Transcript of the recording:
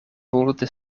multe